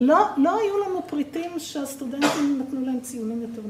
‫לא היו לנו פריטים שהסטודנטים ‫נתנו להם ציונים יותר נ...